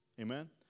amen